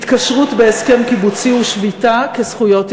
התקשרות בהסכם קיבוצי ושביתה כזכויות יסוד,